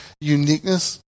uniqueness